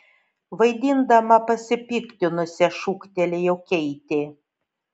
vaidindama pasipiktinusią šūktelėjo keitė